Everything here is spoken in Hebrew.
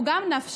שהוא גם נפשי,